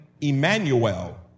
Emmanuel